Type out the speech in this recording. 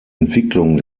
entwicklung